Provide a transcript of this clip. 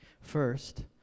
First